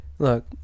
Look